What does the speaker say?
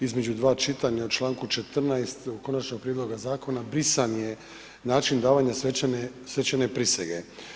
Između dva čitanja, u čl. 14 konačnog prijedloga zakona, brisan je način davanja svečane prisege.